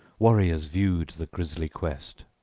warriors viewed the grisly guest.